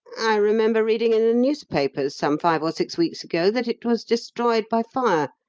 i remember reading in the newspapers some five or six weeks ago that it was destroyed by fire,